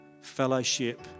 fellowship